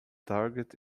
target